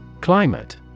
Climate